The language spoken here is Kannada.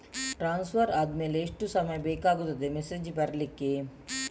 ಟ್ರಾನ್ಸ್ಫರ್ ಆದ್ಮೇಲೆ ಎಷ್ಟು ಸಮಯ ಬೇಕಾಗುತ್ತದೆ ಮೆಸೇಜ್ ಬರ್ಲಿಕ್ಕೆ?